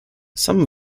some